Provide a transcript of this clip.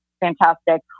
fantastic